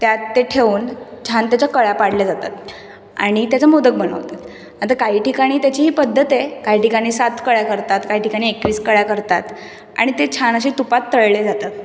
त्यात ते ठेवून छान त्याच्या कळ्या पाडल्या जातात आणि त्याचा मोदक बनवतात आता काही ठिकाणी त्याची ही पद्धत आहे काही ठिकाणी सात कळ्या करतात काही ठिकाणी एकवीस कळ्या करतात आणि ते छान असे तुपात तळले जातात